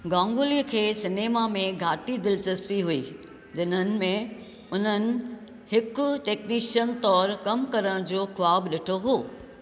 गांगुलीअ खे सिनेमा में घाटी दिलचस्पी हुई जिन्हनि में उन्हनि हिक टेकनीशियन तौरु कम करण जो ख़्वाबु ॾिठो हो